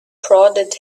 prodded